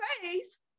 face